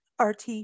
RT